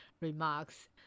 remarks